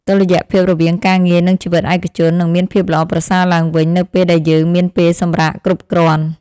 តុល្យភាពរវាងការងារនិងជីវិតឯកជន នឹងមានភាពល្អប្រសើរឡើងវិញ នៅពេលដែលយើងមានពេលសម្រាកគ្រប់គ្រាន់។